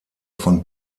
von